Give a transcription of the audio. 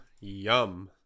yum